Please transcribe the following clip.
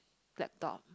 laptop